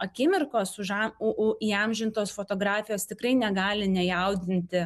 akimirkos uža o įamžintos fotografijos tikrai negali nejaudinti